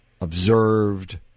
observed